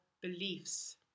beliefs